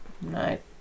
Night